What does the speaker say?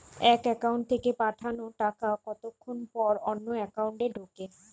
এক একাউন্ট থেকে পাঠানো টাকা কতক্ষন পর অন্য একাউন্টে ঢোকে?